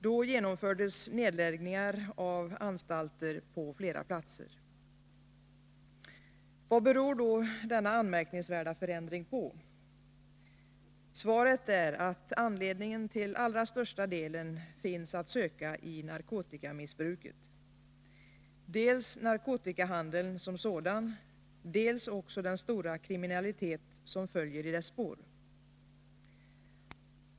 Då genomfördes nedläggningar av anstalter på flera platser. Vad beror då denna anmärkningsvärda förändring på? Svaret är att anledningen till allra största delen finns att söka i narkotikamissbruket — dels narkotikahandeln som sådan, dels också den stora kriminalitet som följer i dess spår.